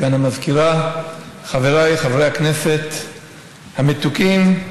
סגן המזכירה, חבריי חברי הכנסת המתוקים,